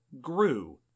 grew